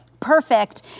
Perfect